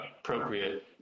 appropriate